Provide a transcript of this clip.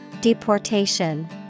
Deportation